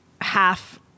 half